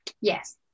Yes